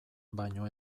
baino